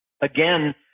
Again